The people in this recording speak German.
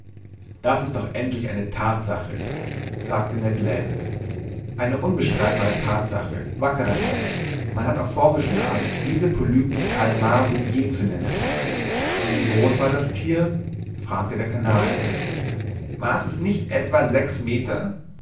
das ist doch endlich eine thatsache sagte ned land eine unbestreitbare thatsache wackerer ned man hat auch vorgeschlagen diese polypen kalmar bouguer zu nennen und wie groß war das thier fragte der canadier maß es nicht etwa sechs meter